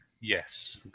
Yes